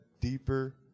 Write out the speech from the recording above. deeper